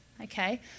okay